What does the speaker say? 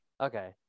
Okay